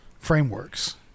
frameworks